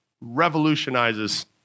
revolutionizes